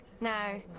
now